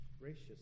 gracious